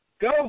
Go